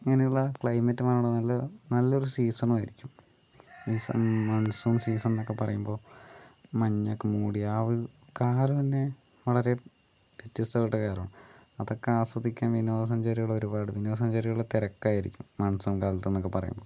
അങ്ങനെ ഉള്ള ക്ലൈമറ്റും ആണ് നല്ല നല്ലൊരു സീസണും ആയിരിക്കും ഈ സം മൺസൂൺ സീസൺ എന്നൊക്കെ പറയുമ്പോൾ മഞ്ഞൊക്കെ മുടി ആ ഒരു കാറ് തന്നെ വളരെ വ്യത്യസ്തം ആയിട്ടുള്ള ഇത് ആണ് അതൊക്കെ ആസ്വദിക്കാൻ വിനോദ സഞ്ചാരികള് ഒരുപാട് വിനോദ സഞ്ചാരികളുടെ തിരക്ക് ആയിരിക്കും മൺസൂൺ കാലത്ത് എന്നൊക്കെ പറയുമ്പോൾ